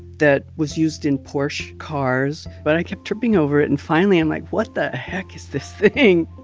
that was used in porsche cars. but i kept tripping over it, and finally, i'm like what the heck is this thing?